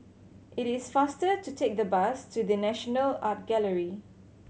it is faster to take the bus to The National Art Gallery